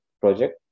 project